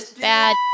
Bad